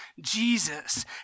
Jesus